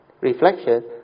reflection